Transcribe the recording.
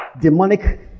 demonic